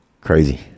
Crazy